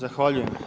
Zahvaljujem.